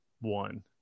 one